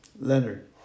Leonard